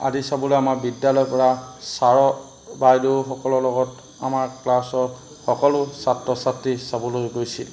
আদি চাবলৈ আমাৰ বিদ্যালয়ৰপৰা ছাৰ বাইদেউসকলৰ লগত আমাৰ ক্লাছৰ সকলো ছাত্ৰ ছাত্ৰী চাবলৈ গৈছিল